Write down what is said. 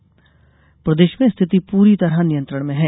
हिंसा प्रदेश में स्थिति पूरी तरह नियंत्रण में है